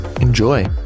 enjoy